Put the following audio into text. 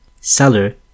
seller